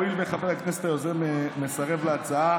הואיל וחבר הכנסת היוזם מסרב להצעה,